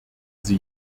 sie